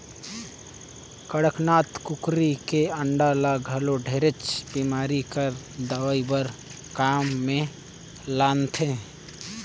कड़कनाथ कुकरी के अंडा ल घलो ढेरे बेमारी कर दवई बर काम मे लानथे